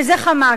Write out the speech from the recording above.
וזה חמק.